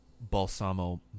Balsamo